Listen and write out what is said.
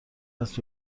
است